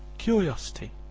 curiosity,